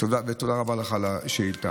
ותודה רבה לך על השאילתה.